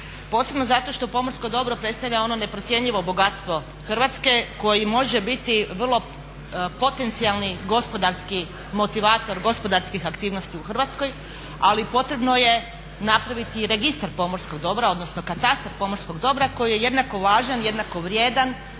posebno zato što pomorsko dobro predstavlja ono neprocjenjivo bogatstvo Hrvatske koji može biti potencijalni gospodarski motivator gospodarskih aktivnosti u Hrvatskoj, ali potrebno je napraviti registar pomorskog dobra, odnosno katastar pomorskog dobra koji je jednako važan, jednako vrijedan